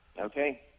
Okay